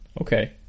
Okay